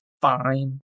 fine